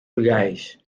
legais